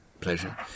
pleasure